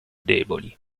deboli